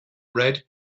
red